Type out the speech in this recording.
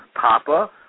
papa